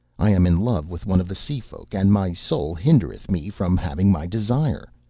i am in love with one of the sea-folk, and my soul hindereth me from having my desire.